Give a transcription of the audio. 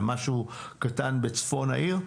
ומשהו קטן בצפון העיר,